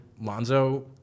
Lonzo